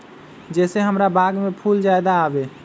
जे से हमार बाग में फुल ज्यादा आवे?